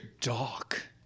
dark